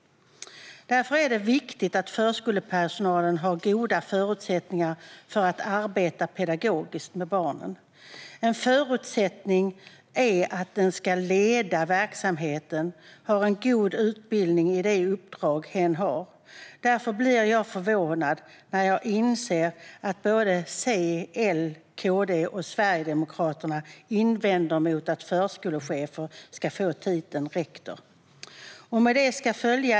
Därför är det viktigt att förskolepersonalen har goda förutsättningar för att arbeta pedagogiskt med barnen. En förutsättning är att den som ska leda verksamheten har en god utbildning i det uppdrag hen har, och därför blir jag förvånad när jag inser att C, L, KD och SD invänder mot att förskolechefer ska få rektors titel.